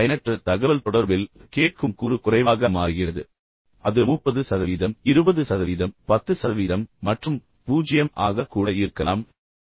பயனற்ற தகவல் தொடர்பில் கேட்கும் கூறு குறைவாகவும் குறைவாகவும் மாறுகிறது என்பதை நீங்கள் புரிந்து கொள்ள முடியும் அது அது 30 சதவீதம் 20 சதவீதம் 10 சதவீதம் மற்றும் 0 ஆக கூட இருக்கலாம் கவனிப்பது நடப்பதில்லை